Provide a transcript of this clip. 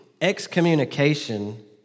excommunication